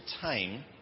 time